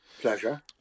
Pleasure